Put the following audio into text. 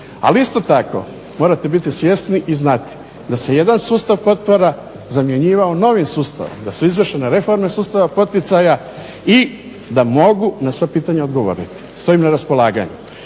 ali isto tako morate biti svjesni i znati da se jedan sustav potpora zamjenjivao novim sustavom, da su izvršene reforme sustava poticaja i da mogu na sva pitanja odgovoriti, stojim na raspolaganju.